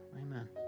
amen